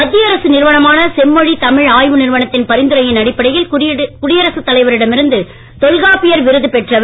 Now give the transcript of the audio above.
மத்திய அரசு நிறுவனமான செம்மொழி தமிழ் ஆய்வு நிறுவனத்தின் பரிந்துரையின் அடிப்படையில் குடியரசு தலைவரிடம் இருந்து தொல்காப்பிய விருது பெற்றவர்